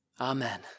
Amen